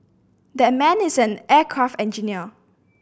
that man is an aircraft engineer